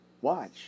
Watch